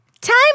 Time